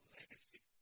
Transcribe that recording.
legacy